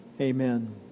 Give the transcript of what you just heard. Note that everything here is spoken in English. Amen